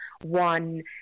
one